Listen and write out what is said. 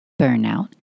Burnout